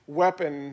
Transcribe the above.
weapon